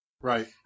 Right